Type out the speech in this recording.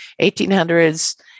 1800s